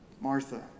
Martha